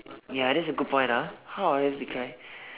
ya that's a good point ah how would I describe